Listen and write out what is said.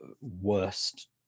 worst